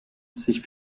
sich